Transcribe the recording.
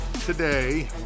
today